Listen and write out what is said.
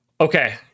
Okay